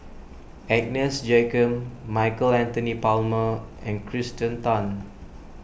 Agnes Joaquim Michael Anthony Palmer and Kirsten Tan